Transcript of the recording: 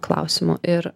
klausimu ir